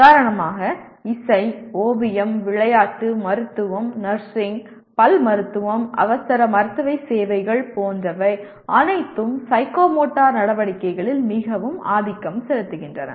உதாரணமாக இசை ஓவியம் விளையாட்டு மருத்துவம் நர்சிங் பல் மருத்துவம் அவசர மருத்துவ சேவைகள் போன்றவை அனைத்தும் சைக்கோமோட்டர் நடவடிக்கைகளில் மிகவும் ஆதிக்கம் செலுத்துகின்றன